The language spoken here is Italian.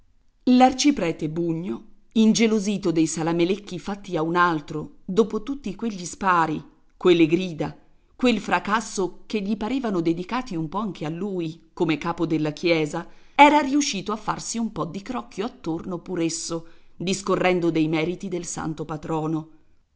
l'arciprete bugno ingelosito dei salamelecchi fatti a un altro dopo tutti quegli spari quelle grida quel fracasso che gli parevano dedicati un po anche a lui come capo della chiesa era riuscito a farsi un po di crocchio attorno pur esso discorrendo dei meriti del santo patrono